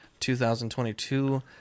2022